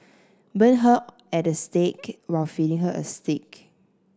burn her at the stake while feeding her a steak